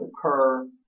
occur